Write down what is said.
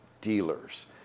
dealers